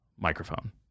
microphone